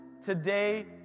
today